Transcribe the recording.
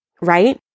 right